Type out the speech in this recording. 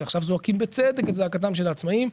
שעכשיו זועקים בצדק את זעקתם של העצמאים,